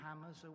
hammers